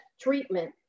treatment